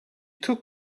took